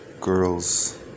girls